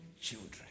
children